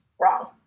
wrong